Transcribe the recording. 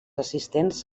assistents